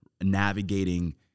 navigating